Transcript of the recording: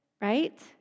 right